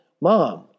Mom